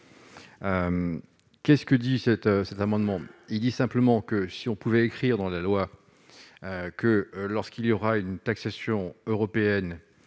Qu'est ce que dit cet cet amendement, il dit simplement que si on pouvait écrire dans la loi que lorsqu'il y aura une taxation européenne